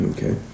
Okay